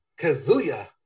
Kazuya